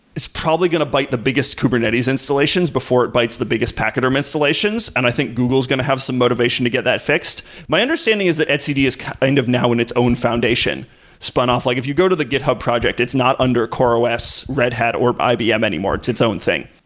it's probably going to bite the biggest kubernetes installations before it bites the biggest pachyderm installations, and i think google is going to have some motivation to get that fixed. my understanding is that etcd is kind of now in its own foundation spun off. like if you go to the github project, it's not under coreos, red hat or ibm anymore. it's its own thing.